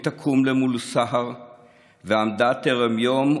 היא תקום למול סהר / ועמדה טרם יום,